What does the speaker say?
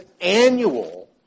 annual